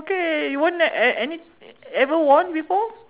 okay you won th~ uh any ever won before